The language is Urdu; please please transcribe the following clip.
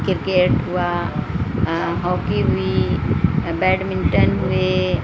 کرکٹ ہوا ہاکی ہوئی بیڈمنٹن ہوئے